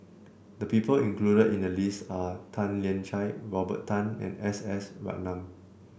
the people included in the list are Tan Lian Chye Robert Tan and S S Ratnam